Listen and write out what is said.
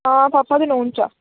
ਹਾਂ ਪਾਪਾ ਦੇ ਨੋਨ 'ਚ ਆ